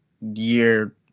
year